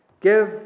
Give